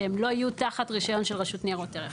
שהם לא יהיו תחת רישיון של הרשות לניירות ערך.